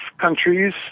countries